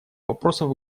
вопросов